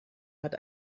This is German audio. hat